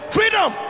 Freedom